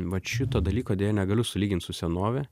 vat šito dalyko deja negaliu sulygint su senove